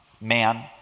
man